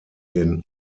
den